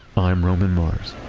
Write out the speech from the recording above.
i'm roman mars